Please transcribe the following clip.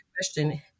question